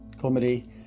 comedy